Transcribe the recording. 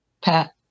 Pat